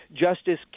Justice